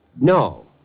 no